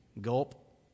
Gulp